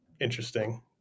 interesting